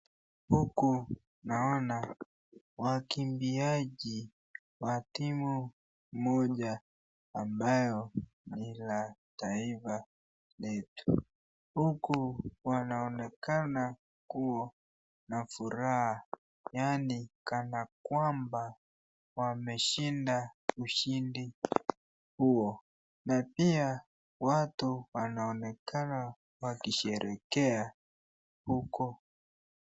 Huku naona wakimbiaji wa timu moja ambayo ni la taifa letu. Huku wanaonekana kuwa na furaha. Yaani kana kwamba wameshinda ushindi huo. Na pia watu wanaonekana wakisherekea huko.